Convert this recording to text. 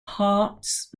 harz